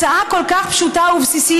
זו הצעה כל כך פשוטה ובסיסית,